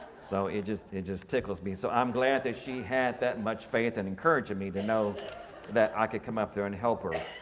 so it just it just tickles me. so i'm glad that she had that much and encouraging me to know that i could come up there and help her.